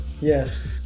Yes